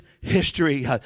history